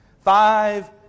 Five